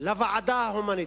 לוועדה ההומניטרית,